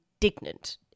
indignant